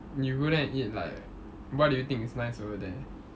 you go there and eat like what do you think is nice over there